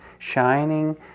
shining